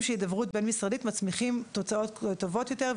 של הידברות בין משרדית מצמיחים תוצאות טובות יותר.